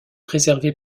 préservée